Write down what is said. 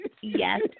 Yes